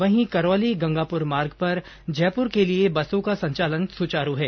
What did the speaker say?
वहीं करौली गंगापुर मार्ग पर जयपुर के लिए बसों का संचालन सुचारू है